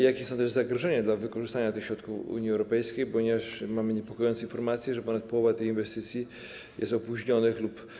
Jakie są zagrożenia dla wykorzystania tych środków Unii Europejskiej, ponieważ mamy niepokojące informacje, że ponad połowa tych inwestycji jest opóźniona lub